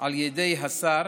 על ידי השר